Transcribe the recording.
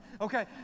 Okay